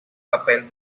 papel